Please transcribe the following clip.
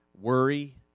worry